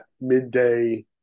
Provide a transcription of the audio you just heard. midday